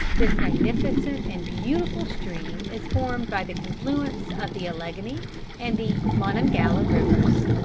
this magnificent and beautiful stream is formed by the confluence of the alleghany and the monongahela rivers.